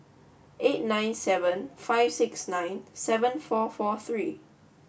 eight nine seven five six nine seven four four three